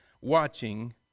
watching